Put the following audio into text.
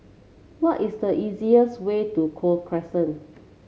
what is the easiest way to Gul Crescent